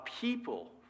people